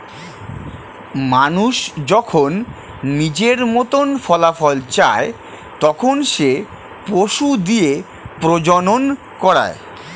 মানুষ যখন নিজের মতন ফলাফল চায়, তখন সে পশু দিয়ে প্রজনন করায়